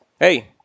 Hey